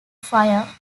fire